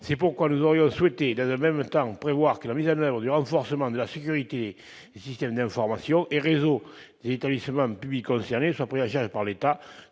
C'est pourquoi nous aurions souhaité, dans le même temps, prévoir que la mise en oeuvre du renforcement de la sécurité des systèmes d'information et des réseaux des établissements publics concernés soit prise en charge par l'État,